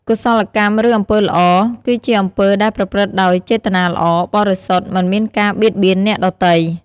កុសលកម្ម ឬ អំពើល្អ គឺជាអំពើដែលប្រព្រឹត្តដោយចេតនាល្អ បរិសុទ្ធ មិនមានការបៀតបៀនអ្នកដទៃ។